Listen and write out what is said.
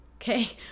Okay